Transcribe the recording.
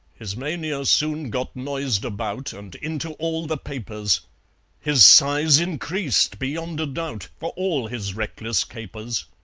his mania soon got noised about and into all the papers his size increased beyond a doubt for all his reckless capers